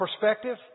perspective